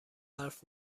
حرف